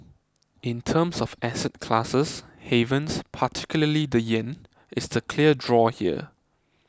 in terms of asset classes havens particularly the yen is the clear draw here